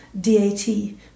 D-A-T